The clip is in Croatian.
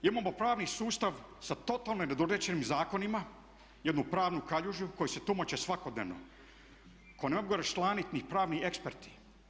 Imamo pravni sustav sa totalno nedorečenim zakonima, jednu pravnu kaljužu koja se tumači svakodnevno koju ne mogu raščlaniti ni pravni eksperti.